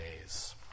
days